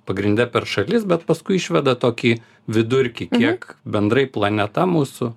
pagrinde per šalis bet paskui išveda tokį vidurkį kiek bendrai planeta mūsų